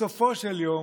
בסופו של יום,